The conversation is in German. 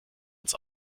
ins